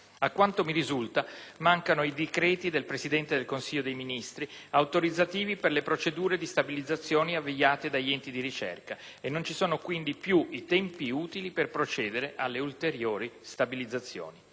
a quanto mi risulta, mancano i decreti del Presidente del Consiglio dei ministri autorizzativi per le procedure di stabilizzazione avviate dagli enti di ricerca e non ci sono quindi più i tempi utili per procedere alle ulteriori stabilizzazioni.